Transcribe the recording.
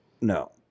No